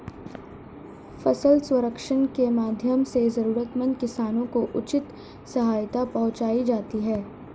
फसल सर्वेक्षण के माध्यम से जरूरतमंद किसानों को उचित सहायता पहुंचायी जाती है